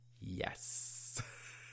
yes